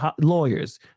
lawyers